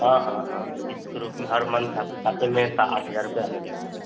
हाँ हाँ हाँ किस्त के रूप में हर मन्थ आपके खाते में आठ हज़ार रुपये आने लगेंगे